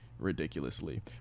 ridiculously